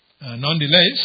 Nonetheless